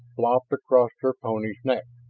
flopped across her pony's neck.